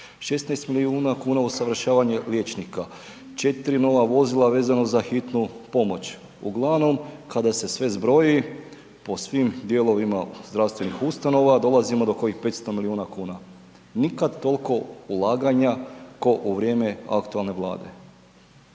16 milijuna kuna usavršavanje liječnika, 4 nova vozila vezano za hitnu pomoć. Uglavnom kada se sve zbroji po svim dijelovima zdravstvenih ustanova dolazimo do kojih 500 milijuna kuna. Nikada toliko ulaganja kao u vrijeme aktualne Vlade.